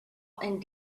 and